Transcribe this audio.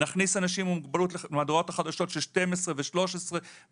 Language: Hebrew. נכניס אנשים עם מוגבלות למהדורת החדשות של 12, 11,